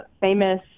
famous